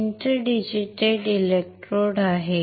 inter digitated electrodes आहेत